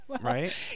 Right